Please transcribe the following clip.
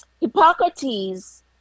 Hippocrates